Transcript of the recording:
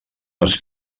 les